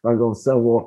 pagal savo